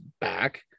back